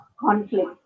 conflict